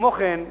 כמו כן,